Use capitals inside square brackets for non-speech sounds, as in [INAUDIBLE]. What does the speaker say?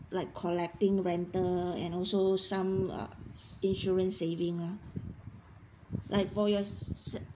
like collecting rental and also some err insurance saving ah like for your [NOISE] self